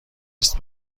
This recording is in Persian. است